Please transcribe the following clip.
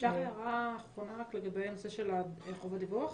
--- אפשר הערה אחרונה לגבי הנושא של חובת הדיווח?